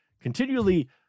continually